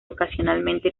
ocasionalmente